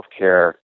healthcare